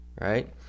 right